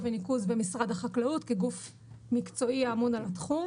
וניקוז במשרד החקלאות כגוף מקצועי האמון על התחום.